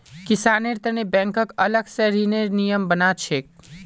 किसानेर तने बैंकक अलग स ऋनेर नियम बना छेक